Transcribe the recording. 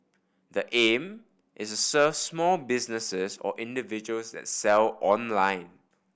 the aim is serve small businesses or individuals that sell online